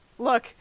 Look